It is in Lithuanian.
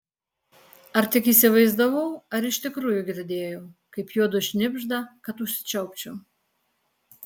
ar tik įsivaizdavau ar iš tikrųjų girdėjau kaip juodu šnibžda kad užsičiaupčiau